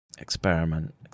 experiment